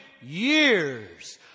years